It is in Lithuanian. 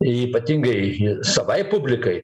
ypatingai savai publikai